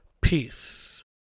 Peace